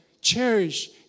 cherish